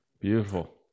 Beautiful